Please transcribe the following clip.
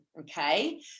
Okay